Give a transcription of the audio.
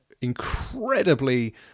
incredibly